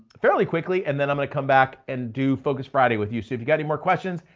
fairly quickly and then i'm gonna come back and do focus friday with you. so if you got any more questions.